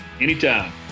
anytime